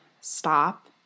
stop